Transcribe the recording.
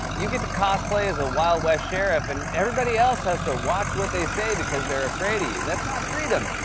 you get to cosplay as a wild west sheriff, and everyone else has to watch what they say, because they're afraid of you. that's not freedom,